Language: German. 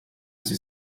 sie